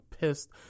pissed